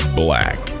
black